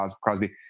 Crosby